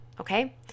okay